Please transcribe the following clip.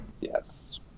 Yes